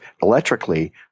electrically